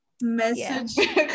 Message